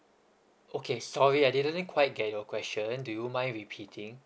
okay sorry I didn't quite get your question do you mind repeating